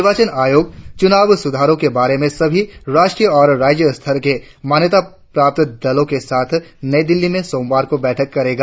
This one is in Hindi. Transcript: निर्वाचन आयोग चुनाव सुधारो के बारे में सभी राष्ट्रीय और राज्य स्तर के मान्यता प्राप्त दलो के साथ नई दिल्ली में सोमवार को बैठक करेगा